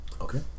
Okay